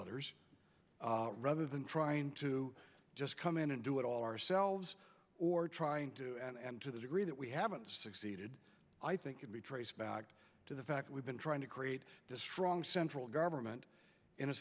others rather than trying to just come in and do it all ourselves or trying to and to the degree that we haven't succeeded i think can be traced back to the fact we've been trying to create this strong central government in a